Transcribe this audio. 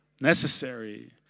necessary